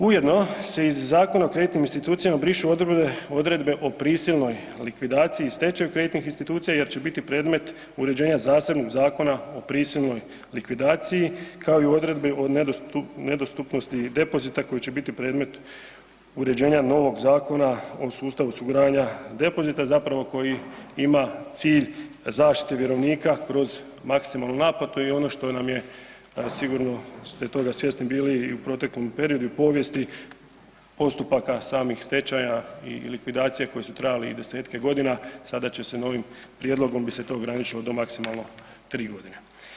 Ujedno se iz Zakona o kreditnim institucijama brišu odredbe o prisilnoj likvidaciji i stečaju kreditnih institucija jer će biti predmet uređenja zasebnih zakona o prisilnoj likvidaciji, kao i odredbi o nedostupnosti depozita koji će biti predmet uređenja novog zakona o sustavu osiguranja depozita, zapravo, koji ima cilj zaštite vjerovnika kroz maksimalnu naplatu i ono što nam je sigurno ste toga svjesni bili i u proteklom periodu i u povijesti postupaka samih stečaja i likvidacija koja su trajale i desetke godina, sada će se na ovim prijedlogom bi se to ograničilo do maksimalno 3 godine.